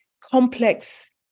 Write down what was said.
complex